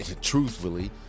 truthfully